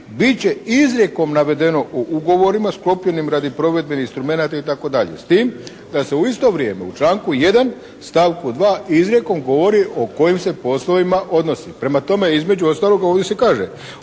bit će izrijekom navedeno u ugovorima sklopljenim radi provedbe instrumenata, itd., s tim da se u isto vrijeme u članku 1. stavku 2. izrijekom govori o kojim se poslovima odnosi. Prema tome, između ostaloga ovdje se kaže,